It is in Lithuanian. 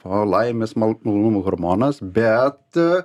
o laimės mal malonumo hormonas bet